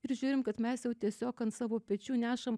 ir žiūrim kad mes jau tiesiog ant savo pečių nešam